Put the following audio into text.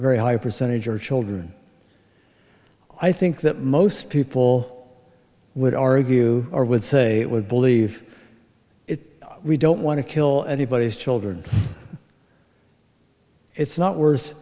very high percentage are children i think that most people would argue or would say it would believe it we don't want to kill anybody's children it's not worth